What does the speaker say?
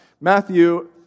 Matthew